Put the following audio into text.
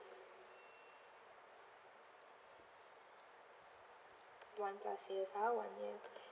one plus years ah one year